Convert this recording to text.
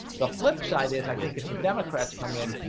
the flip side is i think if the democrats come in,